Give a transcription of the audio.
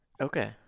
Okay